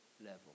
level